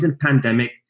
pandemic